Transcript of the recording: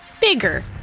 bigger